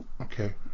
Okay